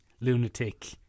lunatic